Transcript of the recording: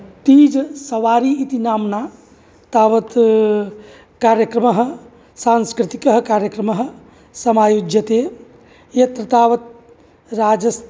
तीज् सवारी इति नाम्ना तावत् कार्यक्रमः सांस्कृतिकः कार्यक्रमः समायुज्यते यत्र तावत् राजस्